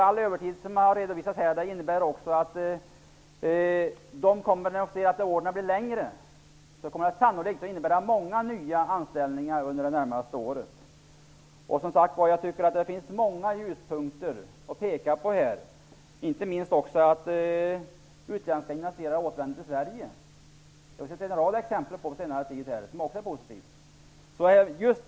All övertid innebär, som jag här har redovisat, många nyanställningar under det närmaste året, när företagen ser att omfattningen av order ökar. Det finns alltså många ljuspunkter att peka på, inte minst att utländska investerare återvänder till Sverige. Det finns en rad exempel på detta på senare tid, och det är också positivt.